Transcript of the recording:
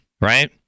right